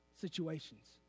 situations